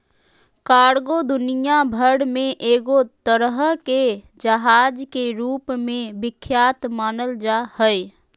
cargo दुनिया भर मे एगो तरह के जहाज के रूप मे विख्यात मानल जा हय